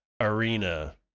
arena